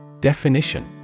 Definition